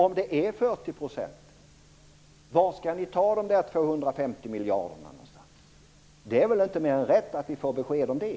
Om det är 40 %, varifrån skall ni ta de 250 miljarderna? Det är väl inte mer än rätt att vi får besked om det?